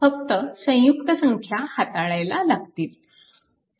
फक्त संयुक्त संख्या हाताळायला लागतील